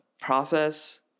process